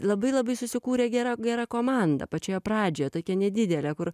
labai labai susikūrė gera gera komanda pačioje pradžioje tokia nedidelė kur